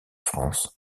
france